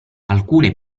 alcune